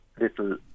little